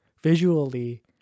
visually